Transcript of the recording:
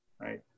right